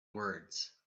words